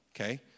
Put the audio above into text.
okay